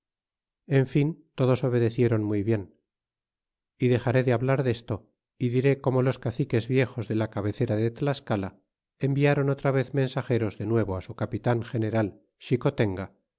en fin todos obedeciéron muy bien y dexaré de hablar desto y diré como los caciques viejos de la cabecera de tlascala enviáron otra vez m ensageros de nuevo su capitan general xicotenga